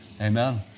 Amen